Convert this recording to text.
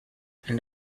and